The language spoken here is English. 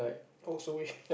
also wish